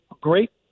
great